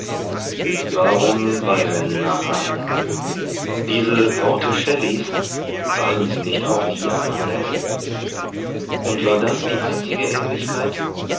warum byron nachahmen diese worte shelleys waren sie nicht auch die amandas und war das die einzige ähnlichkeit